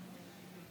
אדוני היושב-ראש,